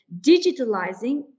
digitalizing